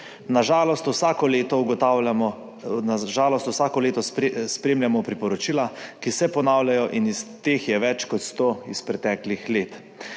Na žalost vsako leto spremljamo priporočila, ki se ponavljajo, in teh je več kot 100 iz preteklih let.